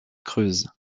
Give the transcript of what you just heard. creuse